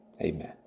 Amen